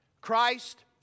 Christ